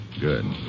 Good